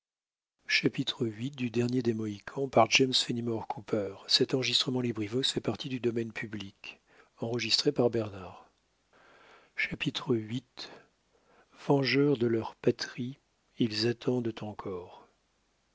hi cooper viii vengeurs de leur patrie ils attendent encore